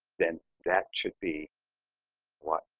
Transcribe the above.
then that should be what